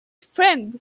friend